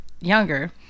younger